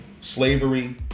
slavery